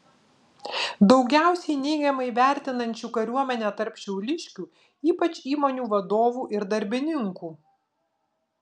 daugiausiai neigiamai vertinančių kariuomenę tarp šiauliškių ypač įmonių vadovų ir darbininkų